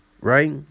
right